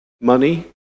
money